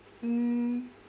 mm